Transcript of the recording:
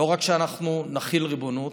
לא רק שאנחנו נחיל ריבונות,